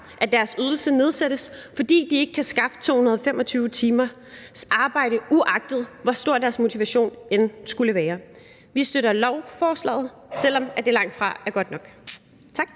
at deres ydelse nedsættes, hvis de ikke kan skaffe 225 timers arbejde, uagtet hvor stor deres motivation end skulle være. Vi støtter lovforslaget, selv om det langt fra er godt nok. Tak.